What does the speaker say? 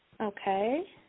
okay